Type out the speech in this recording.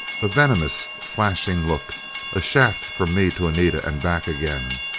a venomous flashing look a shaft from me to anita and back again.